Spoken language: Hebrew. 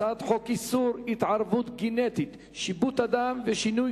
הצעת חוק איסור התערבות גנטית (שיבוט אדם ושינוי